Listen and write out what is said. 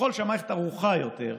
ככל שהמערכת ערוכה יותר,